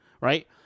right